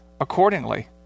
accordingly